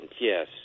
yes